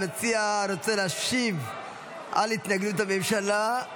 המציע רוצה להשיב על התנגדות הממשלה?